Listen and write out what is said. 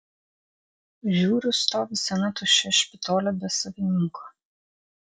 žiūriu stovi sena tuščia špitolė be savininko